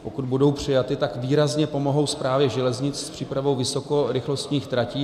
Pokud budou přijaty, tak výrazně pomohou Správě železnic s přípravou vysokorychlostních tratí.